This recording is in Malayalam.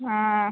ആ